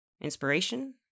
inspiration